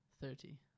Thirty